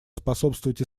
способствовать